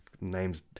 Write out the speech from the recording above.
Names